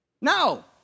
No